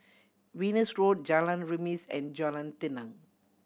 Venus Road Jalan Remis and Jalan Tenang